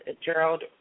Gerald